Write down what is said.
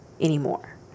anymore